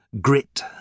grit